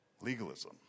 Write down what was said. Legalism